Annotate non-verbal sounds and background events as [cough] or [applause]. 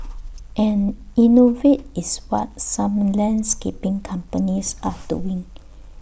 [noise] and innovate is what some landscaping companies are doing [noise]